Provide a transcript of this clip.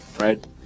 right